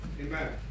Amen